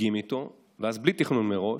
הדגים איתו, ואז בלי תכנון מראש,